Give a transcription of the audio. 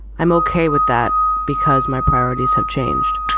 i'm okay with that because my priorities have changed.